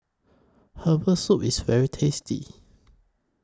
Herbal Soup IS very tasty